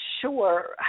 sure